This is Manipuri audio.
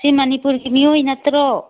ꯁꯤ ꯃꯅꯤꯄꯨꯔꯒꯤ ꯃꯤꯑꯣꯏ ꯅꯠꯇ꯭ꯔꯣ